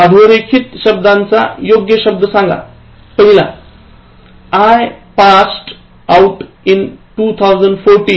अधोरेखित शब्दाचा योग्य शब्द सांगा पहिला I passed out in 2014 from my university